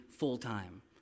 full-time